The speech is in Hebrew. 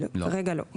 כרגע לא.